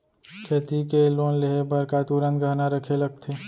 खेती के लोन लेहे बर का तुरंत गहना रखे लगथे?